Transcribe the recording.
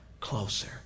closer